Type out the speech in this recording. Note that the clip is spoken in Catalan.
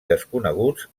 desconeguts